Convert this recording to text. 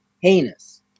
heinous